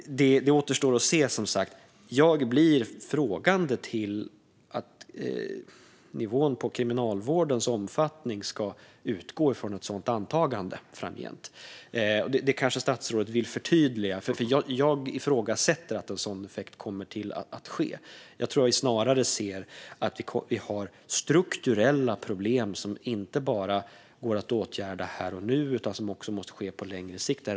Det återstår att se, som sagt. Jag ställer mig frågande till att nivån på kriminalvårdens omfattning framgent ska utgå från ett sådant antagande. Detta kanske statsrådet vill förtydliga. Jag ifrågasätter att det kommer att ha en sådan effekt. Jag tror att vi snarare har strukturella problem som inte går att åtgärda här och nu. Det måste ske på längre sikt.